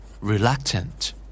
Reluctant